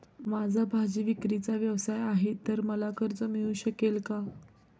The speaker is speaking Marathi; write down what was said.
माझा भाजीविक्रीचा व्यवसाय आहे तर मला कर्ज मिळू शकेल का?